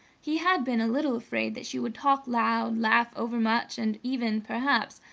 he had been a little afraid that she would talk loud, laugh overmuch, and even, perhaps,